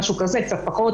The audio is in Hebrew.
קצת פחות,